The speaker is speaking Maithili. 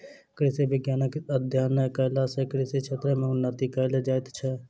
कृषि विज्ञानक अध्ययन कयला सॅ कृषि क्षेत्र मे उन्नति कयल जाइत छै